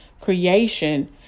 creation